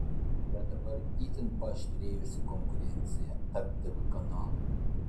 bet dabar itin paaštrėjusi konkurencija tarp tv kanalų